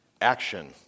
Action